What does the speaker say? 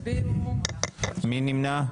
מי נמנע?